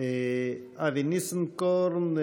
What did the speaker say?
אבי ניסנקורן.